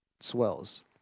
swells